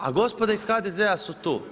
A gospoda iz HDZ-a su tu.